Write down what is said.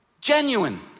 Genuine